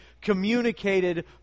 communicated